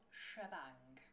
shebang